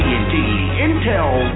Intel